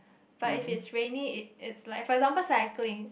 but if it's rainy it it's like for example cycling